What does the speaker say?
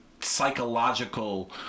psychological